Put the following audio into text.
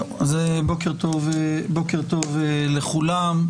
בוקר טוב לכולם.